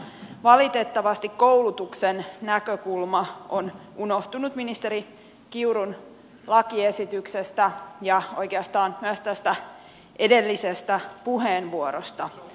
valitettavasti koulutuksen näkökulma on unohtunut ministeri kiurun lakiesityksestä ja oikeastaan myös tästä edellisestä puheenvuorosta